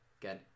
again